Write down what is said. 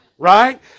Right